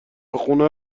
خونه